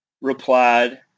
replied